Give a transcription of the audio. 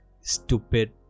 stupid